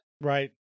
Right